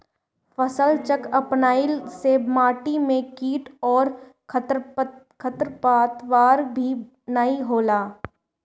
फसलचक्र अपनईला से माटी में किट अउरी खरपतवार भी नाई होला